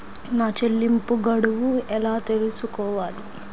నా చెల్లింపు గడువు ఎలా తెలుసుకోవాలి?